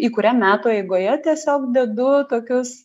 į kurią metų eigoje tiesiog dedu tokius